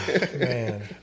Man